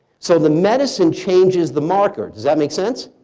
so the medicine changes the marker. does that make sense?